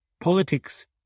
Politics